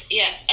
yes